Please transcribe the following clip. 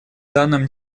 данном